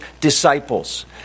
disciples